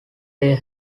they